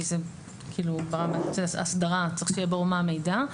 כי זה ברמת הסדרה וצריך שיהיה ברור מה המידע,